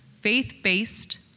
faith-based